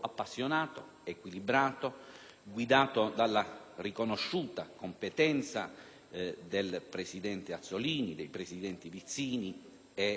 guidato dalla riconosciuta competenza del presidente Azzollini e dei presidenti Vizzini e Baldassarri.